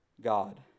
God